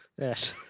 Yes